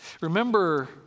remember